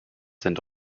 sind